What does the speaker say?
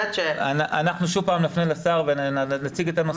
שוב לשר ונציג את הנושא.